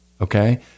okay